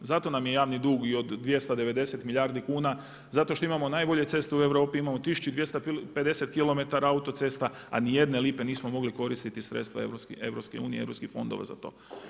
Zato nam je i javni dug i od 290 milijardi kuna zato što imamo najbolje ceste u Europi, imamo 1250km autocesta a ni jedne lipe nismo mogli koristiti sredstva EU, europskih fondova za to.